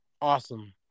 awesome